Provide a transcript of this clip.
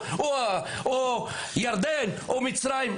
או מצרים יפרקו את הסכם השלום,